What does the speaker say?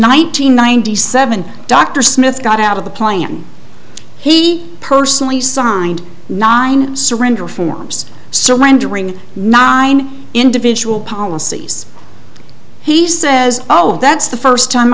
hundred ninety seven dr smith got out of the plan he personally signed nine surrender forms surrendering nine individual policies he says oh that's the first time